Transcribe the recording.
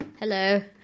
hello